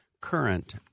current